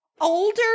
older